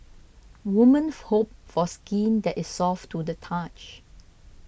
women hope for skin that is soft to the touch